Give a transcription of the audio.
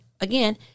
again